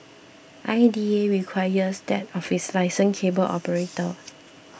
I D A requires that of its licensed cable operator